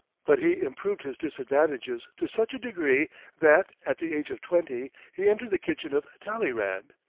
but he improved his disadvantages to such a degree that, at the age of twenty, he entered the kitchen of talleyrand.